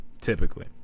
typically